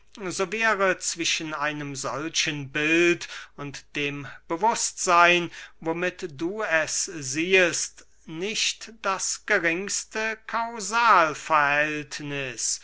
wäre zwischen einem solchen bild und dem bewußtseyn womit du es siehest nicht das geringste